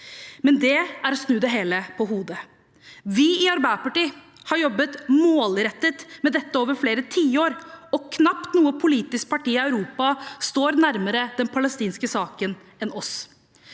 men det er å snu det hele på hodet. Vi i Arbeiderpartiet har jobbet målrettet med dette over flere tiår, og knapt noe politisk parti i Europa står nærmere den palestinske saken enn oss.